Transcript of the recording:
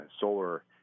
solar